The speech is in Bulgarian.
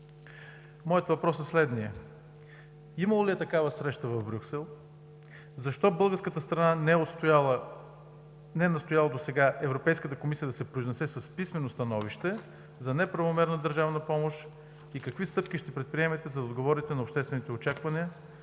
моят въпрос е следният: имало ли е такава среща в Брюксел? Защо българската страна не е настояла досега Европейската комисия да се произнесе с писмено становище за неправомерна държавна помощ? И какви стъпки ще предприемете, за да отговорите на обществените очаквания